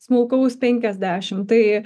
smulkaus penkiasdešimt tai